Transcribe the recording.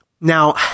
Now